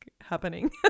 happening